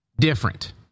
different